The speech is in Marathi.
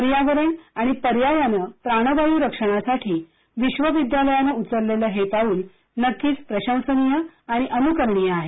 पर्यावरण आणि पर्यायानं प्राणवायू रक्षणासाठी विश्वविद्यालयानं उचललेलं हे पाउल नक्कीच प्रशंसनीय आणि अनुकरणीय आहे